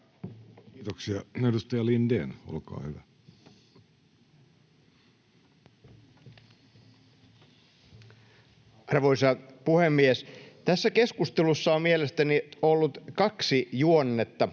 Kiitoksia. — Edustaja Lindén, olkaa hyvä. Arvoisa puhemies! Tässä keskustelussa on mielestäni ollut kaksi juonnetta.